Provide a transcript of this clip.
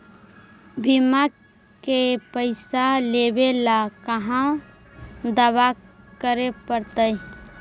बिमा के पैसा लेबे ल कहा दावा करे पड़तै?